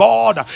God